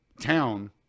town